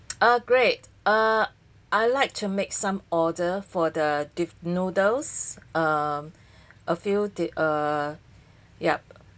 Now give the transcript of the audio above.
uh great uh I like to make some order for the diff~ noodles um a few the uh yup